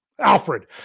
Alfred